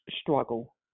struggle